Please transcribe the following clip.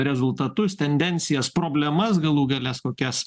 rezultatus tendencijas problemas galų gale kokias